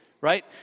right